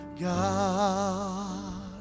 God